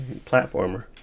platformer